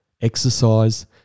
exercise